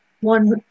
one